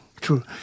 True